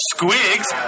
Squigs